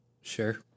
Sure